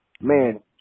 man